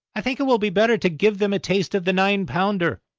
i think it will be better to give them a taste of the nine-pounder.